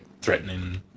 threatening